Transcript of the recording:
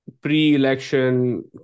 pre-election